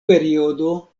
periodo